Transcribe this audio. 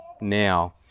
now